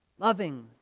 loving